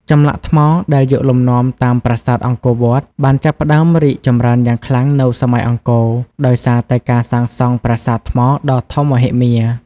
ចម្លាក់ថ្មដែលយកលំនាំតាមប្រាសាទអង្គរវត្ត បានចាប់ផ្ដើមរីកចម្រើនយ៉ាងខ្លាំងនៅសម័យអង្គរ ដោយសារតែការសាងសង់ប្រាសាទថ្មដ៏ធំមហិមា។